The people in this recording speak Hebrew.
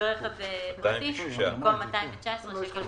ברכב פרטי, במקום 219 יהיה...